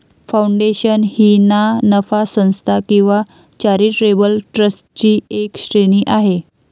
foundation ही ना नफा संस्था किंवा चॅरिटेबल ट्रस्टची एक श्रेणी आहे